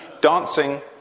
Dancing